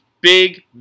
Big